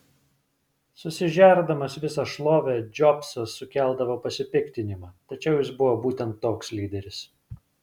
susižerdamas visą šlovę džobsas sukeldavo pasipiktinimą tačiau jis buvo būtent toks lyderis